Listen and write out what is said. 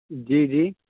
جی جی